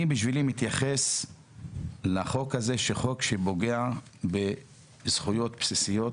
אני מתייחס לחוק הזה כאל חוק שפוגע בזכויות בסיסיות,